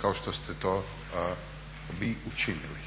kao što ste to vi učinili.